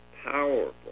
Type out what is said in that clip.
powerful